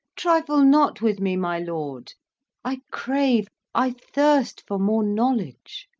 trifle not with me, my lord i crave, i thirst, for more knowledge.